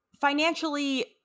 financially